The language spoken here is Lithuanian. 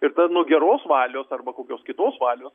ir be nu geros valios arba kokios kitos valios